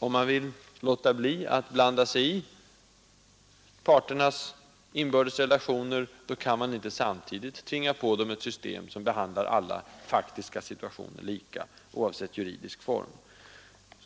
Om man vill låta bli att blanda sig i parternas inbördes relationer, kan man inte samtidigt tvinga på dem ett system som behandlar alla faktiska situationer lika, oavsett juridisk form.